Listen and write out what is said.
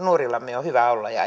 nuorillamme on hyvä olla ja